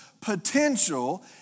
potential